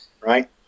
right